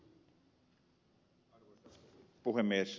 arvoisa puhemies